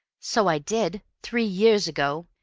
so i did. three years ago.